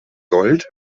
gold